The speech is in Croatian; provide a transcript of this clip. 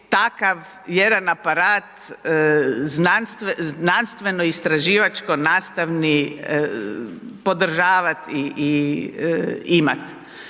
takav jedan aparat znanstveno-istraživačko-nastavni podržavati i imat.